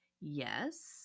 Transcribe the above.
Yes